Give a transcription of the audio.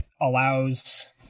allows